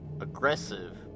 aggressive